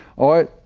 all right,